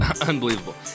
unbelievable